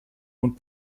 und